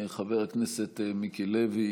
חבר הכנסת מיקי לוי,